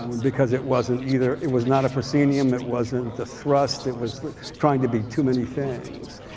because it wasn't either it was not a proscenium, it wasn't the thrust. it was like trying to be too many things.